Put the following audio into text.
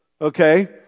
okay